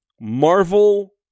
marvel